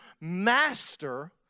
master